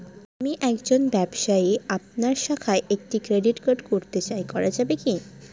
আমি একজন ব্যবসায়ী আপনার শাখায় একটি ক্রেডিট কার্ড করতে চাই করা যাবে কি?